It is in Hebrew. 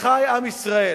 אחי עם ישראל,